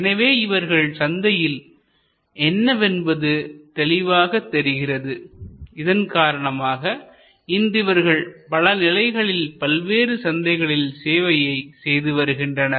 எனவே இவர்கள் சந்தை என்னவென்பது தெளிவாக தெரிகிறது இதன் காரணமாக இன்று இவர்கள் பல நிலைகளில் பல்வேறு சந்தைகளில் சேவையை செய்து வருகின்றனர்